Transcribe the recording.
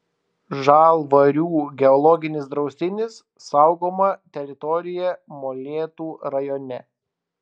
žalvarių geologinis draustinis saugoma teritorija molėtų rajone